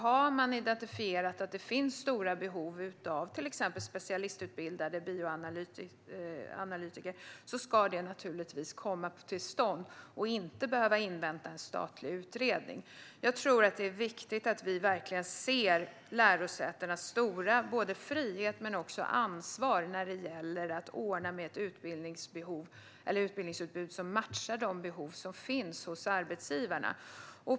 Har man identifierat att det finns stora behov av till exempel specialistutbildade bioanalytiker ska det naturligtvis kunna komma till stånd utan att man behöver invänta en statlig utredning. Jag tror att det är viktigt att vi verkligen ser lärosätenas stora frihet och ansvar när det gäller att ordna med ett utbildningsutbud som matchar de behov som finns hos arbetsgivarna.